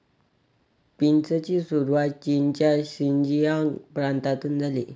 पीचची सुरुवात चीनच्या शिनजियांग प्रांतातून झाली